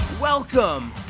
Welcome